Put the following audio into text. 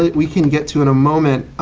we can get to in a moment.